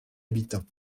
habitants